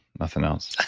nothing else